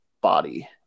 body